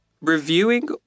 reviewing